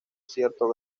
cierto